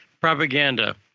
propaganda